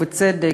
ובצדק,